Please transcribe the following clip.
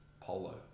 polo